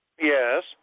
Yes